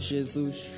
Jesus